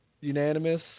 unanimous